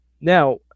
Now